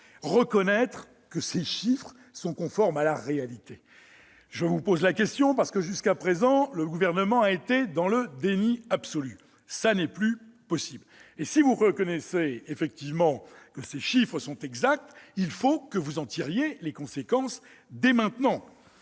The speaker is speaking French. reconnaître que ces chiffres sont conformes à la réalité ? Je vous pose la question puisque, jusqu'à présent, le Gouvernement a été dans le déni absolu. Ce n'est plus possible. Si vous reconnaissez que ces chiffres sont exacts, il faut en tirer les conséquences dès maintenant